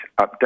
update